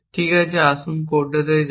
ঠিক আছে তাই আসুন কোডটিতে যাই